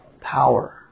power